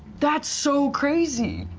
that's so crazy.